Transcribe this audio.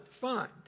fund